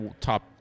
top